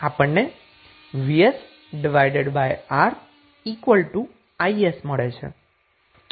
આપણને vsR is મળે છે